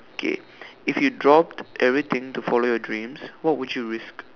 okay if you dropped everything to follow your dreams what would you risk